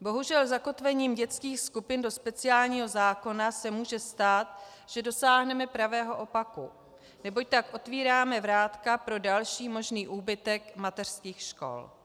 Bohužel, zakotvením dětských skupin do speciálního zákona se může stát, že dosáhneme pravého opaku, neboť tak otevíráme vrátka pro další možný úbytek mateřských škol.